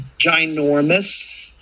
ginormous